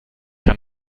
kann